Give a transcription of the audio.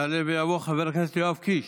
יעלה ויבוא חבר הכנסת יואב קיש,